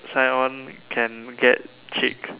sign on can get chick